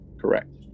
Correct